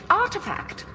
artifact